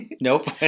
Nope